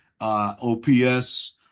OPS